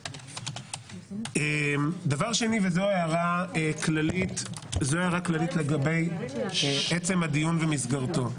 שנית, וזו הערה כללית לגבי עצם הדיון ומסגרתו.